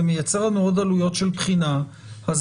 זה מייצר לנו עוד עלויות של בחינה אז